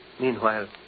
Meanwhile